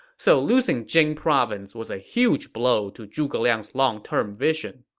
so losing jing province was a huge blow to zhuge liang's long-term vision